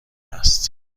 است